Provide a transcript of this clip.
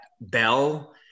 bell